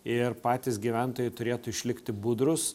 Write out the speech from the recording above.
ir patys gyventojai turėtų išlikti budrūs